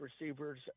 receivers